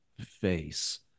face